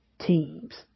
teams